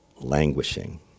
languishing